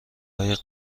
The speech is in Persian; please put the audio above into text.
های